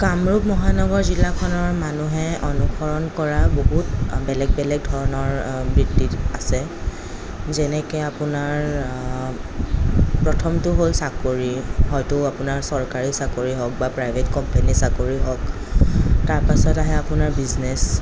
কামৰূপ মহানগৰ জিলাখনৰ মানুহে অনুসৰণ কৰা বহুত বেলেগ বেলেগ ধৰণৰ বৃত্তি আছে যেনেকৈ আপোনাৰ প্ৰথমটো হ'ল চাকৰি হয়তো আপোনাৰ চৰকাৰী চাকৰি হওক বা প্ৰাইভেট কোম্পানীৰ চাকৰিয়েই হওক তাৰপিছত আহে আপোনাৰ বিজনেজ